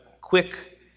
quick